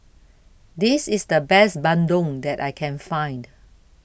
This IS The Best Bandung that I Can Find